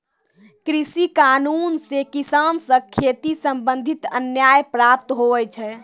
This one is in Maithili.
कृषि कानून से किसान से खेती संबंधित न्याय प्राप्त हुवै छै